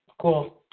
cool